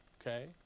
Okay